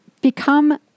become